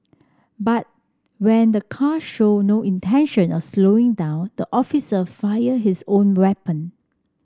but when the car showed no intention or slowing down the officer fired his own weapon